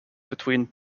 between